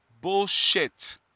Bullshit